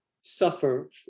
suffer